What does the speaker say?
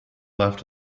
left